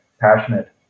passionate